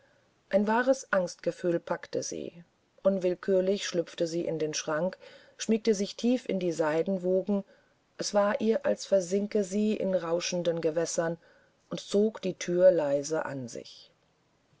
ein wahres angstgefühl packte sie unwillkürlich schlüpfte sie in den schrank schmiegte sich tief in die seidenwogen es war ihr als versinke sie in rauschenden gewässern und zog die thür leise an sich